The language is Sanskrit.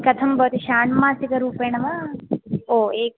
कथं भवति षाण्मासिकरूपेण वा ओ एक